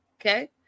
Okay